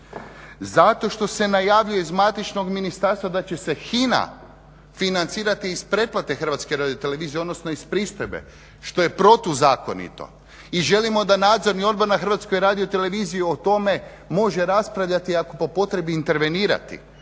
Zato što se najavljuju iz matičnog ministarstva da će se HINA financirati iz pretplate HRT-a, odnosno iz pristojbe što je protuzakonito i želimo da Nadzorni odbor na HRT-u o tome može raspravljati, a po potrebi i intervenirati.